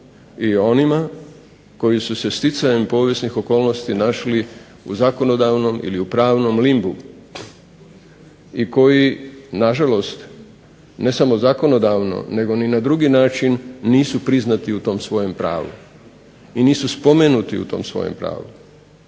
o onima koji su se sticajem povijesnih okolnosti našli u zakonodavnom ili pravnom limbu i koji nažalost ne samo zakonodavno nego ni na drugi način nisu priznati u tom svom pravu i nisu spomenuti u tom svom pravu.